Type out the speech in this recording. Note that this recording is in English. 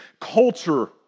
culture